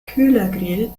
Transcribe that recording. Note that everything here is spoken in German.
kühlergrill